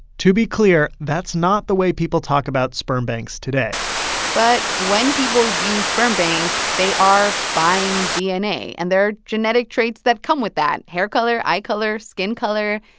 to be clear that's not the way people talk about sperm banks today but when people use sperm banks, they are buying dna. and there are genetic traits that come with that hair color, eye color, skin color.